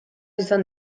izan